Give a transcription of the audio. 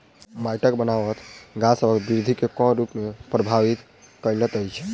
माइटक बनाबट गाछसबक बिरधि केँ कोन रूप सँ परभाबित करइत अछि?